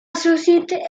société